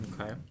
Okay